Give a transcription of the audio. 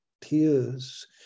tears